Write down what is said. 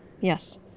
Yes